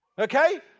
Okay